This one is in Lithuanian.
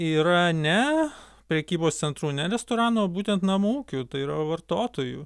yra ne prekybos centrų ne restoranų o būtent namų ūkių tai yra vartotojų